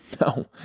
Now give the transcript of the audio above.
No